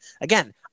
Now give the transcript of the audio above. again